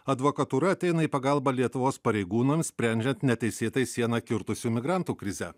advokatūra ateina į pagalbą lietuvos pareigūnams sprendžiant neteisėtai sieną kirtusių migrantų krizę